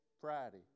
Friday